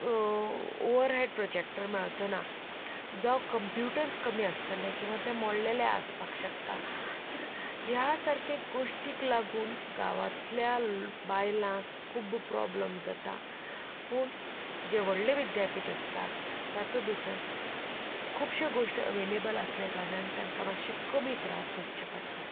over had projector मेळचो ना जावं कम्प्युटर्ज कमी आसतले वा ते मोडिल्ले आसपाक शकतात तर ह्या सारके गोश्टीक लागून गांवातल्या बायलांक खूब प्रॉब्लम जातात पूण जें व्हडलें विद्यापीठ आसतात तातूंत भितर खुबश्यो गोश्टी अवेलेबल आसले कारणान तांकां मात्शे कमी त्रास सोंसचे पडटात